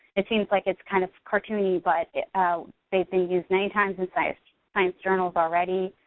it seems like it's kind of cartoony but they've been used many times in science science journals already.